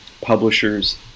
publishers